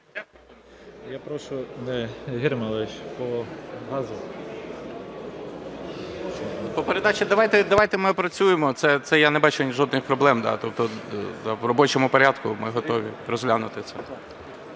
давайте ми опрацюємо це, я не бачу жодних проблем. Тобто в робочому порядку ми готові розглянути це.